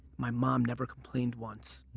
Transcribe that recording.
my mom never complained once.